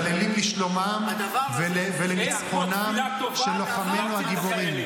אנחנו מתפללים לשלומם ולניצחונם של לוחמינו הגיבורים.